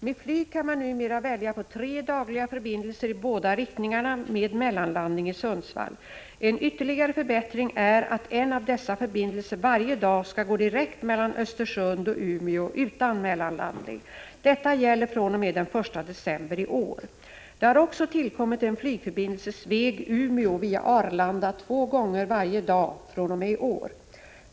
Med flyg kan man numera välja på tre dagliga förbindelser i båda riktningarna med mellanlandning i Sundsvall. En ytterligare förbättring är att en av dessa förbindelser varje dag skall gå direkt mellan Östersund och Umeå utan mellanlandning. Detta gäller fr.o.m. den 1 december i år. Det har också tillkommit en flygförbindelse Sveg-Umeå via Arlanda två gånger varje dag fr.o.m. i år.